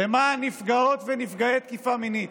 למען נפגעות ונפגעי תקיפה מינית,